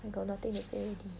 I got nothing to say already